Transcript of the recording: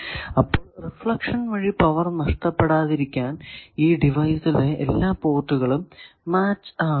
അപ്പോൾ റിഫ്ലക്ഷൻ വഴി പവർ നഷ്ടപ്പെടാതിരിക്കാൻ ഈ ഡിവൈസിലെ എല്ലാ പോർട്ടുകളും മാച്ച് ആകണം